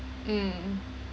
mm